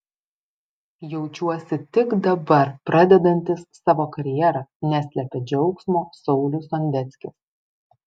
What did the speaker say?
jaučiuosi tik dabar pradedantis savo karjerą neslepia džiaugsmo saulius sondeckis